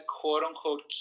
quote-unquote